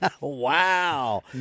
wow